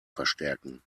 verstärken